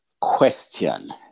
question